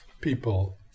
people